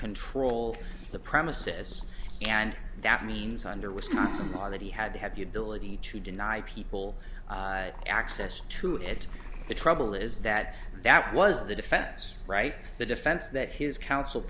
control the premises and that means under which not some are that he had to have the ability to deny people access to it the trouble is that that was the defense right the defense that his counsel